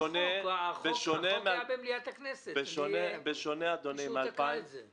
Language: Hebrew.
העברתי את הצעת החוק שהייתה במליאת הכנסת אבל מישהו תקע את זה.